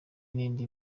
n’indi